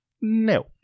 No